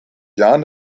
jahren